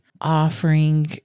offering